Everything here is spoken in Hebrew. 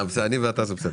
אני ואתה, זה בסדר.